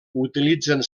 utilitzen